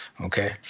okay